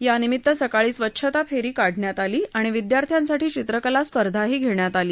यानिमित सकाळी स्वच्छता फेरी काढण्यात आली आणि विद्यार्थ्यासाठी चित्रकला स्पर्धाही घेण्यात आली